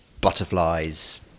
butterflies